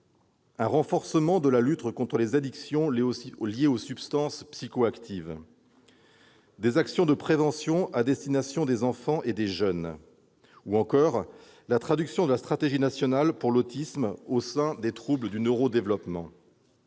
un renforcement de la lutte contre les addictions liées aux substances psychoactives, des actions de prévention à destination des enfants et des jeunes ou encore la traduction de la stratégie nationale pour l'autisme au sein des troubles du neuro-développement.